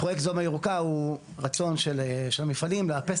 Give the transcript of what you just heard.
פרויקט סדום הירוקה הוא רצון של המפעלים לאפס